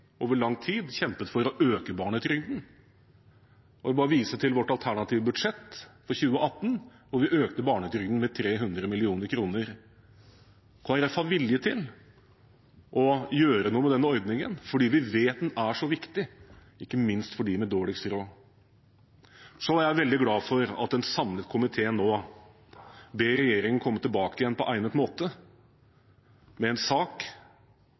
over lang tid kjempet for å øke barnetrygden, og jeg vil bare vise til vårt alternative budsjett for 2018, hvor vi økte barnetrygden med 300 mill. kr. Kristelig Folkeparti har vilje til å gjøre noe med denne ordningen, fordi vi vet den er så viktig, ikke minst for dem med dårligst råd. Jeg er veldig glad for at en samlet komité nå ber regjeringen komme tilbake igjen på egnet måte med en sak